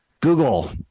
google